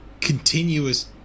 continuous